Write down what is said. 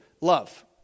love